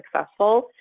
successful